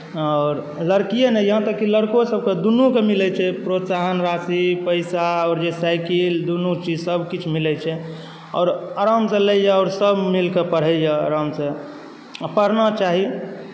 आओर लड़कीए नहि यहाँ तक कि लड़कोसभके दुनूकेँ मिलैत छै प्रोत्साहन राशि पैसा आओर जे साइकिल दुनू चीजसभ किछु मिलैत छै आओर आरामसँ लैए आओर सभमिलि कऽ पढ़ैए आरामसँ आ पढ़ना चाही